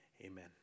Amen